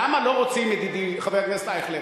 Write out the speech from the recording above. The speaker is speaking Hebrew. למה לא רוצים, ידידי חבר הכנסת אייכלר?